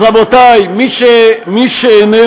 תשאל על המשכורת.